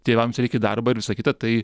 tėvams reik į darbą ir visa kita tai